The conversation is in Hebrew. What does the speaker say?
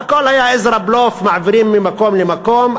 והכול היה ישראבלוף, מעבירים ממקום למקום.